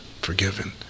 forgiven